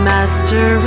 Master